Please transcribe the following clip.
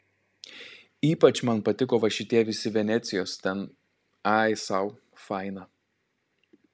ypač man patiko va šitie visi venecijos ten ai sau faina